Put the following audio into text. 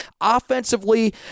Offensively